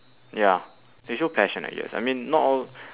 ya they show passion I guess I mean not all